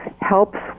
helps